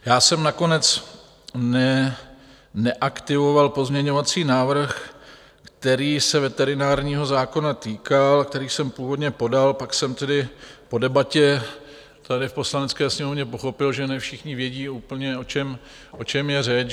Já jsem nakonec neaktivoval pozměňovací návrh, který se veterinárního zákona týkal, který jsem původně podal, pak jsem tedy po debatě tady v Poslanecké sněmovně pochopil, že ne všichni vědí úplně, o čem je řeč.